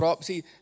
See